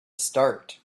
start